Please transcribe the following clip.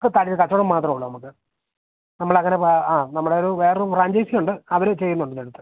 ഇപ്പോള് തടിയുടെ കച്ചവടം മാത്രമേ ഉള്ളു നമുക്ക് നമ്മളങ്ങനെ ആ നമ്മുടെയൊരു വേറൊരു ഫ്രാഞ്ചൈസിയുണ്ട് അവര് ചെയ്യുന്നുണ്ടിങ്ങടുത്ത്